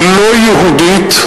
ולא יהודית,